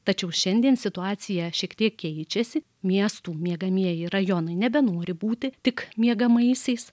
tačiau šiandien situacija šiek tiek keičiasi miestų miegamieji rajonai nebenori būti tik miegamaisiais